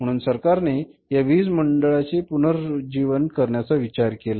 म्हणून सरकारने या वीज मंडळाचे पुनरुज्जीवन करण्याचा विचार केला